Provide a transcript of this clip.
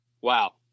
Wow